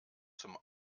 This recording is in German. zum